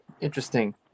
interesting